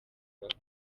call